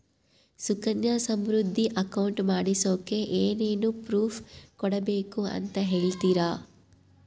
Sukanya Samriddhi account ಮಾಡಿಸೋಕೆ ಏನೇನು proof ಕೊಡಬೇಕು ಅಂತ ಹೇಳ್ತೇರಾ?